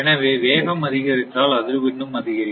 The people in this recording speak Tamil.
எனவே வேகம் அதிகரித்தால் அதிர்வெண்னும் அதிகரிக்கும்